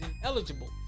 ineligible